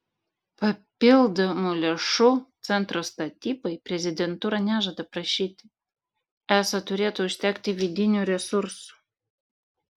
papildomų lėšų centro statybai prezidentūra nežada prašyti esą turėtų užtekti vidinių resursų